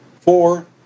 four